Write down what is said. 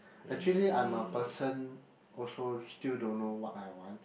actually I'm a person also still don't know what I want